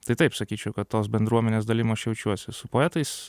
tai taip sakyčiau kad tos bendruomenės dalim aš jaučiuosi su poetais